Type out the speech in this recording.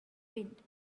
wind